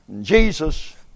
Jesus